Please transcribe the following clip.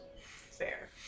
Fair